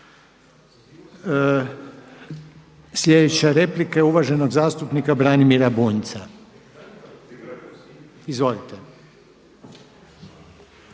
Sljedeća replika je uvaženog zastupnika Branimir Bunjca. Izvolite.